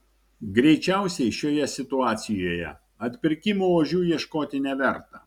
greičiausiai šioje situacijoje atpirkimo ožių ieškoti neverta